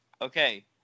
Okay